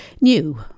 new